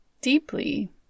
deeply